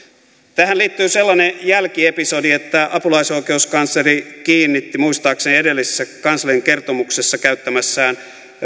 tähän liittyy sellainen jälkiepisodi että apulaisoikeuskansleri kiinnitti muistaakseni edellisessä kanslerin kertomuksessa käyttämässään